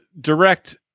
direct